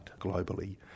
globally